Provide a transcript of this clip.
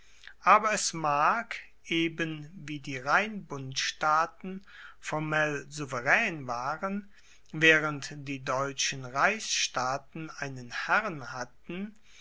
aber es mag eben wie die rheinbundstaaten formell souveraen waren waehrend die deutschen reichsstaaten einen herrn hatten